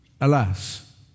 alas